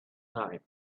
time